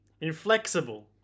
Inflexible